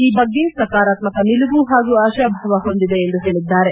ಈ ಬಗ್ಗೆ ಸಕಾರಾತ್ಮಕ ನಿಲುವು ಹಾಗೂ ಆಶಾಭಾವ ಹೊಂದಿದೆ ಎಂದು ಹೇಳಿದ್ದಾರೆ